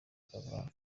buravan